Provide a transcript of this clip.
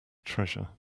treasure